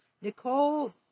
Nicole